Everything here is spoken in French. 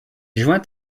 joint